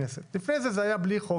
בחניה יש לי ברירה לחנות או לא לחנות.